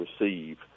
receive